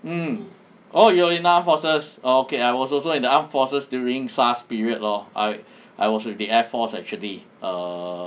mm oh you are in the armed forces oh okay I was also in the armed forces during SARS period lor I I was with the air force actually err